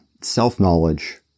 self-knowledge